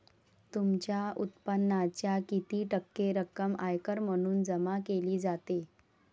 तुमच्या उत्पन्नाच्या किती टक्के रक्कम आयकर म्हणून जमा केली जाते?